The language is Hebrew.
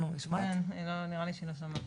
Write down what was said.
אני צריך להיכנס לאוטו ולנסוע לאיזשהו מקום רחוק,